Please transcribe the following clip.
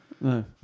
no